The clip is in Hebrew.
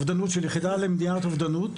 היחידה למניעת אובדנות.